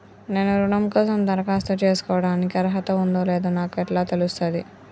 నేను రుణం కోసం దరఖాస్తు చేసుకోవడానికి అర్హత ఉందో లేదో నాకు ఎట్లా తెలుస్తది?